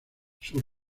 sus